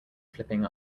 flipping